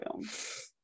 film